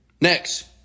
Next